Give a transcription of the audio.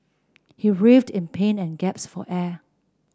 he writhed in pain and gasped for air